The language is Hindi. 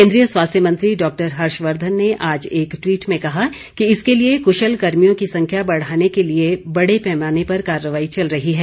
केन्द्रीय स्वास्थ्य मंत्री डॉक्टर हर्षवर्धन ने आज एक ट्वीट में कहा कि इसके लिए कुशल कर्मियों की संख्या बढ़ाने के लिए बड़े पैमाने पर कार्रवाई चल रही है